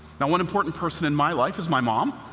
now, one important person in my life is my mom,